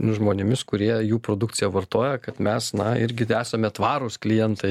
žmonėmis kurie jų produkciją vartoja kad mes na irgi esame tvarūs klientai